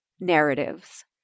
narratives